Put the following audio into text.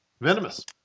venomous